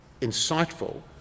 insightful